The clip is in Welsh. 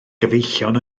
gyfeillion